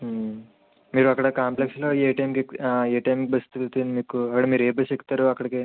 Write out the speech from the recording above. మీరు అక్కడ కాంప్లెక్స్లో ఏ టైమ్కి ఏ టైమ్ బస్సు దొరుకుతుంది మీకు అక్కడ మీరు ఏ బస్సు ఎక్కుతారు అక్కడికి